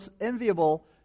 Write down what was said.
enviable